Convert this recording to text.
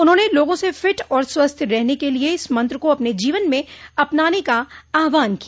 उन्होंने लोगों से फिट और स्वस्थ रहने के लिए इस मंत्र को अपने जीवन में अपनाने का आहवान किया